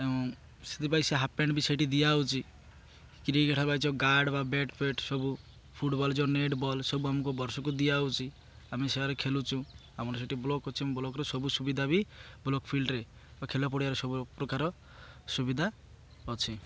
ଏବଂ ସେଥିପାଇଁ ସେ ହାଫ୍ ପ୍ୟାଣ୍ଟ୍ ବି ସେଇଠି ଦିଆହେଉଛି କ୍ରିକେଟ୍ ହେ ଯେଉଁ ଗାର୍ଡ଼ ବା ବ୍ୟାଟ୍ ପେଟ ସବୁ ଫୁଟବଲ୍ ଯେଉଁ ନେଟ୍ ବଲ୍ ସବୁ ଆମକୁ ବର୍ଷକୁ ଦିଆଯାଉଛି ଆମେ ସୋରେ ଖେଳୁଛୁ ଆମର ସେଠି ବ୍ଲକ୍ ଅଛି ଆମ ବ୍ଲକରେ ସବୁ ସୁବିଧା ବି ବ୍ଲକ୍ ଫିଲ୍ଡରେ ବା ଖେଲା ପଡ଼ିିଆର ସବୁ ପ୍ରକାର ସୁବିଧା ଅଛି